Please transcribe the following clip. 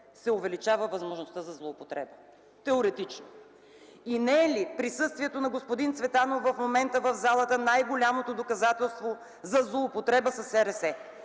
се увеличава възможността за злоупотреба? Теоретично! И не е ли присъствието на господин Цветанов в момента в залата най-голямото доказателство за злоупотреба със